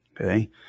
Okay